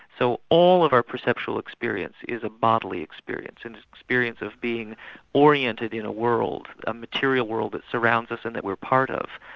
so all of our perceptual experience is a bodily experience, it's and experience of being oriented in a world, a material world, that surrounds us and that we're part of.